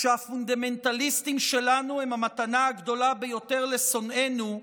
שהפונדמנטליסטים שלנו הם המתנה הגדולה ביותר לשונאינו,